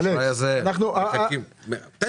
אנחנו --- לאשראי הזה מחכים -- לא,